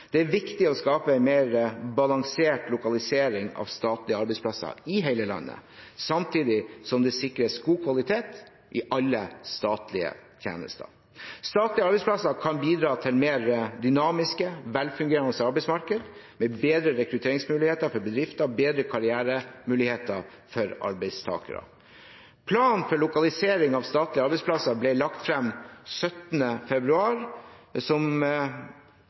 Det er viktig å skape en mer balansert lokalisering av statlige arbeidsplasser i hele landet samtidig som det sikres god kvalitet i alle statlige tjenester. Statlige arbeidsplasser kan bidra til et mer dynamisk velfungerende arbeidsmarked med bedre rekrutteringsmuligheter for bedrifter og bedre karrieremuligheter for arbeidstakerne. Planen for lokalisering av statlige arbeidsplasser ble lagt fram 17. februar, som